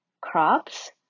crops